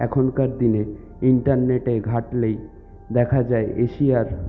এখনকার দিনে ইন্টারনেটে ঘাটলেই দেখা যায় এশিয়ার